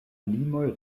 limoj